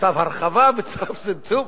וצו הרחבה וצו צמצום,